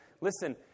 Listen